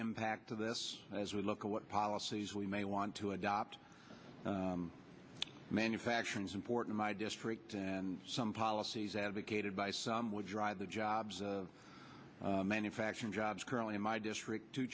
impact of this as we look at what policies we may want to adopt manufacturing's important my district and some policies advocated by some would drive the jobs of manufacturing jobs currently in my district to